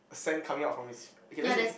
sand coming up from his okay let's say